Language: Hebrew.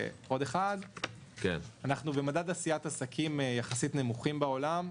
אנחנו במדד עשיית עסקים יחסית נמוכים בעולם.